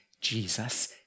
Jesus